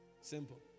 Simple